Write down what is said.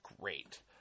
great